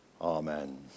Amen